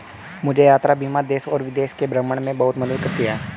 मुझे यात्रा बीमा देश और विदेश के भ्रमण में बहुत मदद करती है